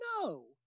No